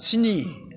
स्नि